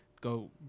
go